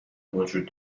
وجود